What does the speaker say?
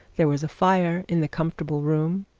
there was a fire in the comfortable room,